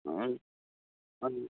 हजुर हजुर